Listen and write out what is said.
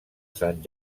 sant